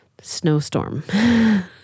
snowstorm